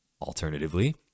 Alternatively